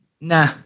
nah